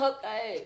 Okay